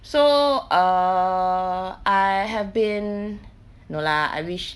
so err I have been no lah I wish